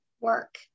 work